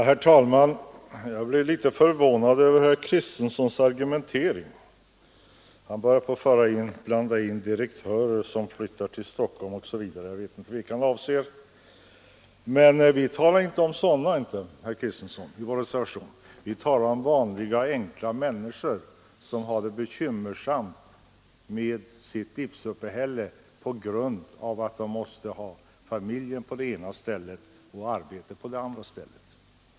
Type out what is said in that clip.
Herr talman! Jag blev litet förvånad över herr Kristensons argumentering. Han börjar blanda in direktörer som flyttar till Stockholm osv.; jag vet inte vilka han avser. Men vi talar inte om sådana i vår reservation, herr Kristenson, vi talar om vanliga, enkla människor som har det bekymmersamt med sitt livsuppehälle på grund av att de måste ha familjen på det ena stället och arbetet på det andra.